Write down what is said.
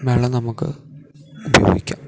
മെള്ളം നമുക്ക് ഉപയോഗിക്കാം